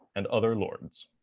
and other lords.